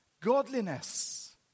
Godliness